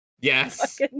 Yes